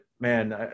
man